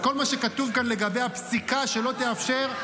אז כל מה שכתוב כאן לגבי הפסיקה שלא תאפשר,